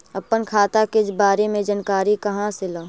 अपन खाता के बारे मे जानकारी कहा से ल?